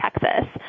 Texas